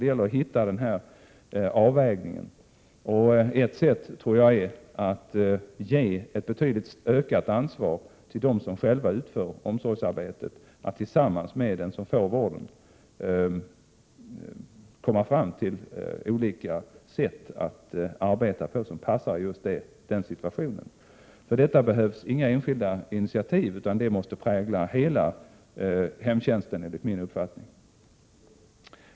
Det gäller alltså att klara att göra denna avvägning. Ett sätt är att ge ett betydligt ökat ansvar till dem som utför omsorgsarbetet att tillsammans med den som får vården komma fram till olika sätt att arbeta som passar den särskilda situationen. För detta behövs inga särskilda initiativ, utan detta är ett synsätt som måste prägla hela hemtjänsten.